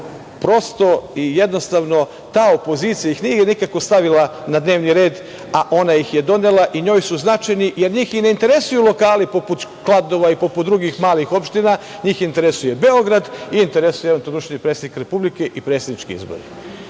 prosto i jednostavno, ta opozicija ih nije nikako stavila na dnevni red, a ona ih je donela i njoj su značajni, jer njih i ne interesuju lokali poput Kladova i poput drugih malih opština, njih interesuje Beograd, interesuje ih predsednik Republike i predsednički izbori.